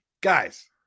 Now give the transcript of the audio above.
guys